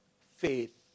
faith